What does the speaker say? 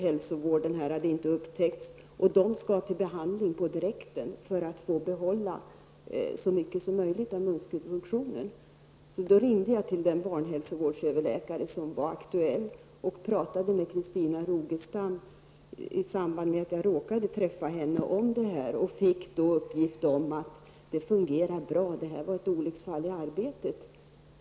Barn med denna skada måste få behandling på direkten för att kunna behålla så mycket som möjligt av muskelfunktionen. Jag ringde därför till den aktuelle barnhälsovårdsöverläkaren. Jag pratade dessutom med Christina Rogestam i samband med att jag råkade träffa henne, och jag fick då uppgift om att allt fungerade bra och att den oupptäckta cp-skada var ett olycksfall i arbetet.